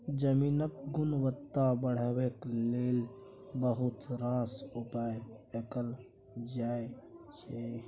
जमीनक गुणवत्ता बढ़ेबाक लेल बहुत रास उपाय कएल जाइ छै